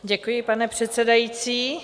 Děkuji, pane předsedající.